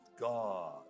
God